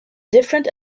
different